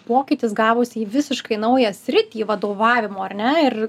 pokytis gavosi į visiškai naują sritį vadovavimo ar ne ir